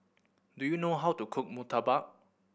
do you know how to cook murtabak